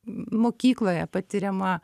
mokykloje patiriama